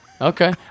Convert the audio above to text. Okay